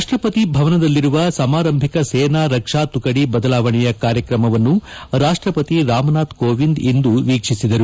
ರಾಷ್ಟಪತಿ ಭವನದಲ್ಲಿರುವ ಸಮಾರಂಭಿಕ ಸೇನಾ ರಕ್ಷಾ ತುಕಡಿ ಬದಲಾವಣೆಯ ಕಾರ್ಯಕ್ರಮವನ್ನು ರಾಷ್ಟಪತಿ ರಾಮನಾತ್ ಕೋವಿಂದ್ ಇಂದು ವೀಕ್ಷಿಸಿದರು